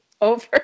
Over